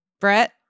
Brett